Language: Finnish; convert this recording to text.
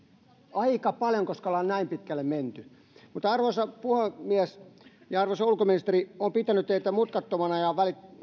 aika paljon koska ollaan näin pitkälle menty arvoisa puhemies arvoisa ulkoministeri olen pitänyt teitä mutkattomana ja